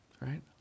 Right